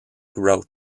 growth